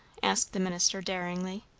asked the minister daringly.